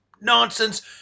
nonsense